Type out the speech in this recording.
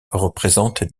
représentent